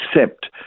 accept